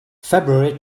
february